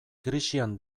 krisian